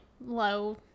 low